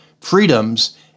freedoms